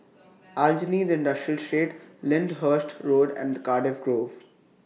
Aljunied Industrial Lyndhurst Road and The Cardiff Grove